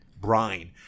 brine